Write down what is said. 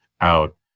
out